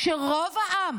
כשרוב העם,